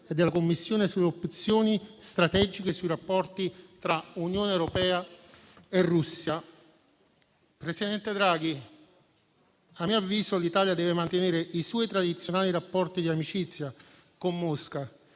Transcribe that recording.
e della Commissione sulle opzioni strategiche sui rapporti tra Unione europea e Russia. Presidente Draghi, a mio avviso, l'Italia deve mantenere i suoi tradizionali rapporti di amicizia con Mosca,